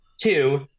Two